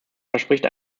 verspricht